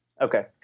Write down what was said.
Okay